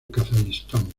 kazajistán